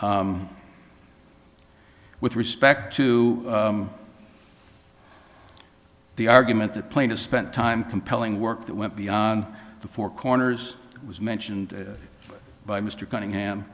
with respect to the argument that plane has spent time compelling work that went beyond the four corners was mentioned by mr cunningham